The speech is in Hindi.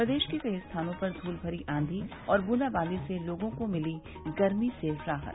प्रदेश के कई स्थानों पर धूल भरी आंधी और बूंदा बांदी से लोगों को मिली गर्मी से राहत